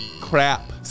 Crap